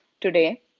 today